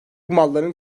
malların